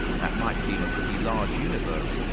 that might seem a pretty large universe,